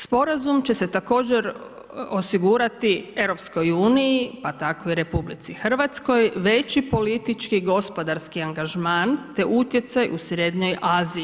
Sporazum će se također osigurati EU pa tako i RH veći politički, gospodarski angažman, te utjecaj u srednjoj Aziji.